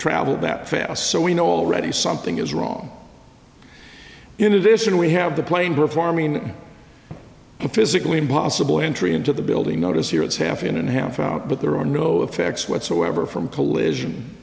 travel that fast so we know already something is wrong in addition we have the plane performing a physically impossible entry into the building notice here it's half in and half out but there are no effects whatsoever from collision